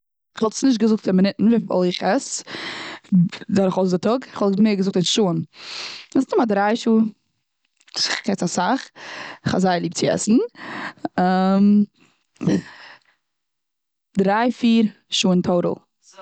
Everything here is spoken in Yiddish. כ'וואלט נישט געזאגט און מינוטן וויפיל איך עס, דורכאויסן טאג. כ'וואלט עס מער געזאגט און שעהן, מן הסתם א דריי שעה. כ'עס אסאך, כ'האב זייער ליב צו עסן. דריי, פיר שעה און טאטאל.